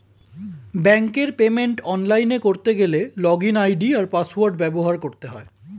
ব্যাঙ্কের পেমেন্ট অনলাইনে করতে গেলে লগইন আই.ডি আর পাসওয়ার্ড ব্যবহার করতে হয়